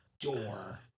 Door